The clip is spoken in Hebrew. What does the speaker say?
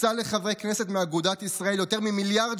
הוצע לחברי כנסת מאגודת ישראל יותר ממיליארד